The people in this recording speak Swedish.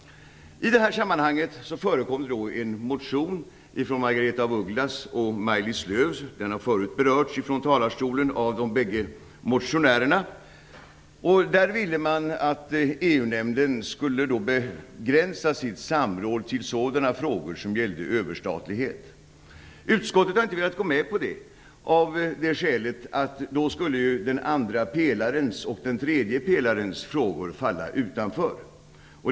I det här sammanhanget förekommer en motion från Margaretha af Ugglas och Maj-Lis Lööw. Den har förut berörts från talarstolen av de bägge motionärerna. Där ville man att EU-nämnden skulle begränsa sitt samråd till sådana frågor som gällde överstatlighet. Utskottet har inte velat gå med på det av det skälet att då skulle den andra pelarens och den tredje pelarens frågor falla utanför.